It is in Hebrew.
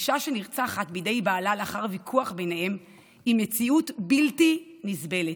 אישה שנרצחת בידי בעלה לאחר ויכוח ביניהם זו מציאות בלתי נסבלת,